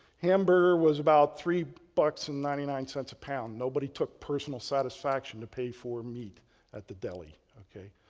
hamburger was about three bucks and ninety nine cents a pound. nobody took personal satisfaction to pay for meat at the deli, ok?